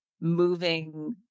moving